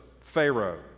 Pharaoh